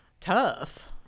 tough